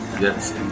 Yes